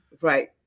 right